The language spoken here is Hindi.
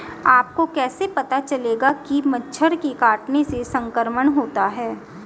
आपको कैसे पता चलेगा कि मच्छर के काटने से संक्रमण होता है?